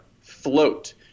float